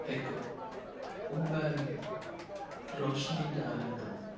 हिकु उंधए में रोशिनी ॾेयाराइ थो